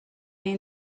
این